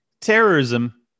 terrorism